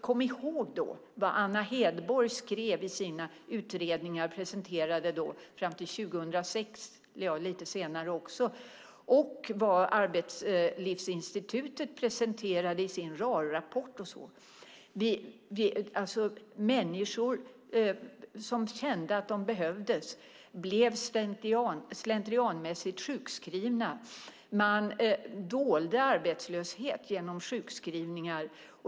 Kom ihåg vad Anna Hedborg skrev i sin utredning - den gick fram till 2006 eller lite senare - och vad Arbetslivsinstitutet presenterade i sin RAR-rapport. Människor som kände att de behövdes blev slentrianmässigt sjukskrivna. Man dolde arbetslöshet genom sjukskrivningar.